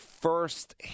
first